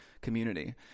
community